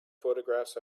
photographs